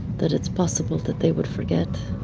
that it's possible that they would forget?